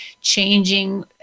changing